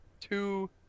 Two